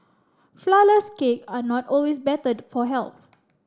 flourless cake are not always better for health